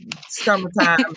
Summertime